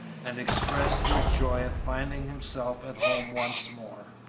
and expressed his joy at finding himself at home once more.